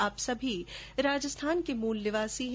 आप सभी राजस्थान के मूल निवासी हैं